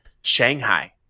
Shanghai